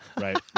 Right